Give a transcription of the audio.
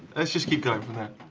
let's just keep going from there.